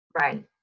Right